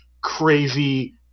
crazy